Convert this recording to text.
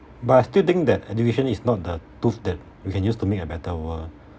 but I still think that education is not that tool that you can use to make a better world